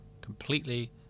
completely